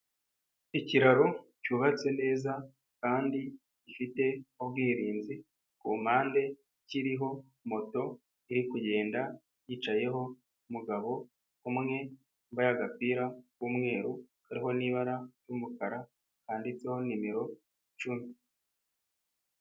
Ikiraro cyubatse neza kandi gifite ubwirinzi, ku impande kiriho moto iri kugenda yicayeho umugabo umwe wambaye agapira k'umweru kariho n'ibara ry'umukara handitseho nimero icumi.